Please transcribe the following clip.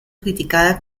criticada